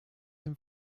dem